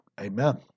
Amen